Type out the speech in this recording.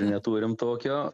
neturim tokio